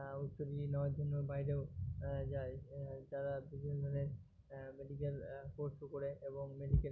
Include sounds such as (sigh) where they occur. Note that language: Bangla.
(unintelligible) নেওয়ার জন্য বাইরেও যায় যারা বিভিন্ন ধরনের মেডিকেল কোর্স করে এবং মেডিকেল